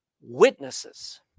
witnesses